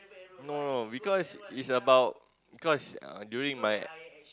no no because is about cause during my